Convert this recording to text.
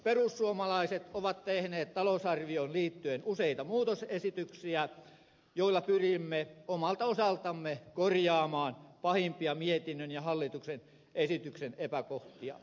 perussuomalaiset ovat tehneet talousarvioon liittyen useita muutosesityksiä joilla pyrimme omalta osaltamme korjaamaan pahimpia mietinnön ja hallituksen esityksen epäkohtia